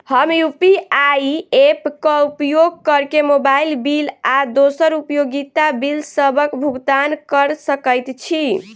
हम UPI app क उपयोग करके मोबाइल बिल आ दोसर उपयोगिता बिलसबक भुगतान कर सकइत छि